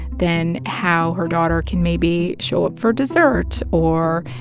then how her daughter can maybe show up for dessert or,